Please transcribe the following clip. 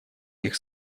них